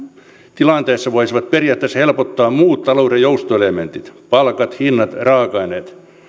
tilanteessa voisivat periaatteessa helpottaa muut talouden joustoelementit palkat hinnat raaka aineet